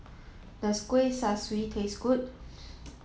does Kuih Kaswi taste good